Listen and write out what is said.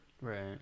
right